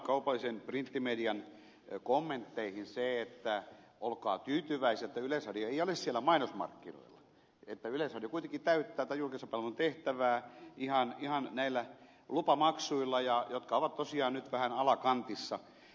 täytyy sanoa kommentteihin kaupallisesta printtimediasta se että olkaa tyytyväisiä että yleisradio ei ole siellä mainosmarkkinoilla että yleisradio kuitenkin täyttää tämän julkisen palvelun tehtävää ihan näillä lupamaksuilla jotka ovat tosiaan nyt vähän alakantissa